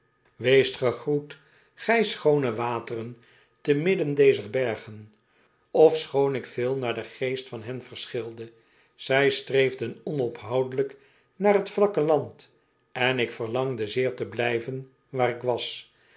weest gegroet gij schoone wateren te midden dezer bergen ofschoon ik veel naar den geest van hen verschilde zij streefden onophoudelijk naar t vlakke land en ik verlangde zeer te blijven waar ik was